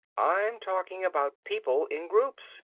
i'm talking about people in groups,